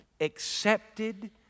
accepted